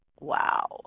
Wow